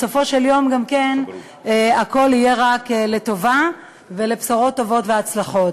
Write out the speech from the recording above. בסופו של דבר גם הכול יהיה רק לטובה ולבשורות טובות והצלחות.